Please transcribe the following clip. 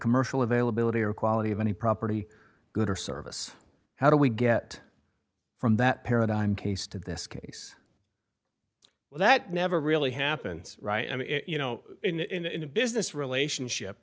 commercial availability or quality of any property good or service how do we get from that paradigm case to this case well that never really happens right i mean you know in a business relationship